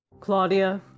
Claudia